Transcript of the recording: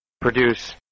produce